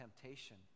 temptation